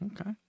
Okay